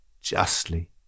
justly